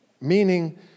Meaning